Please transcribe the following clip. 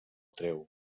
treu